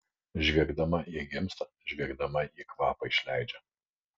žviegdama ji gimsta žviegdama ji kvapą išleidžia